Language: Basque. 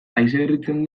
haizeberritzen